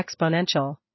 exponential